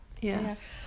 Yes